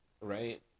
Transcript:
right